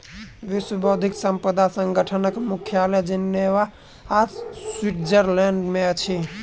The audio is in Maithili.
विश्व बौद्धिक संपदा संगठनक मुख्यालय जिनेवा, स्विट्ज़रलैंड में अछि